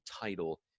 title